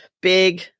Big